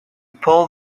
pull